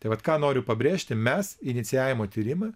tai vat ką noriu pabrėžti mes inicijavome tyrimą